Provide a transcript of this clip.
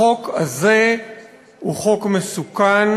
החוק הזה הוא חוק מסוכן,